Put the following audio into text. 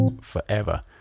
forever